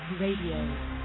Radio